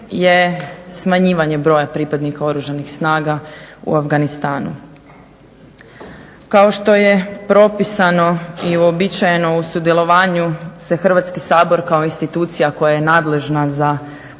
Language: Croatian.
je smanjivanje broja pripadnika Oružanih snaga u Afganistanu. Kao što je propisano i uobičajeno u sudjelovanju se Hrvatski sabor kao institucija koja je nadležna za